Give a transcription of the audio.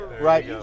right